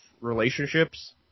relationships